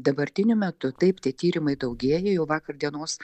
dabartiniu metu taip tie tyrimai daugėja jau vakar dienos